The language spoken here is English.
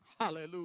Hallelujah